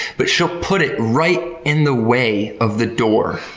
but she'll put it right in the way of the door.